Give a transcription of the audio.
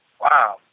wow